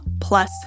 plus